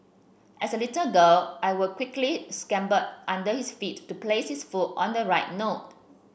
as a little girl I would quickly scamper under his feet to place his foot on the right note